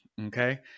Okay